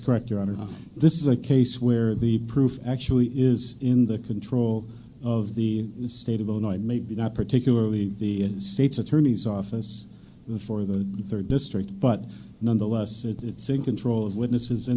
correct your honor this is a case where the proof actually is in the control of the state of illinois maybe not particularly the state's attorney's office for the third district but nonetheless it's in control of witnesses in